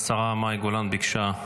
השרה מאי גולן ביקשה את